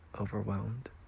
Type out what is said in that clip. overwhelmed